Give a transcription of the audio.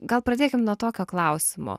gal pradėkim nuo tokio klausimo